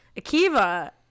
Akiva